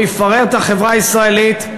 הוא יפורר את החברה הישראלית,